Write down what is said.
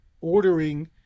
ordering